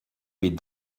mes